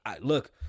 look